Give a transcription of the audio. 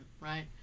right